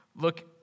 Look